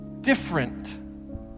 different